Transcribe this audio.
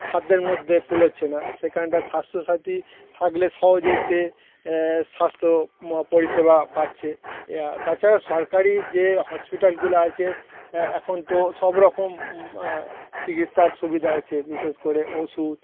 সাধ্যের মধ্যে কুলোচ্ছে না সেখানটায় স্বাস্থ্যসাথী থাকলে সহজেই সে স্বাস্থ্য মো পরিষেবা পাচ্ছে তাছাড়া সরকারি যে হসপিটালগুলো আছে এখন তো সব রকম চিকিৎসার সুবিধা আছে বিশেষ করে ওষুধ